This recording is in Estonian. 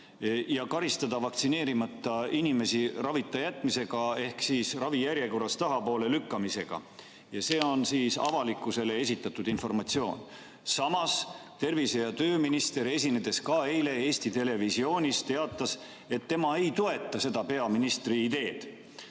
ja karistada vaktsineerimata inimesi ravita jätmisega ehk siis ravijärjekorras tahapoole lükkamisega. See on avalikkusele esitatud informatsioon. Samas, tervise- ja tööminister, esinedes ka eile Eesti Televisioonis, teatas, et tema ei toeta seda peaministri ideed.